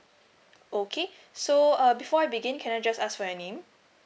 okay so uh before I begin can I just ask for your name